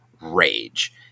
rage